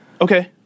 Okay